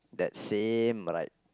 that same bright